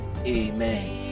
Amen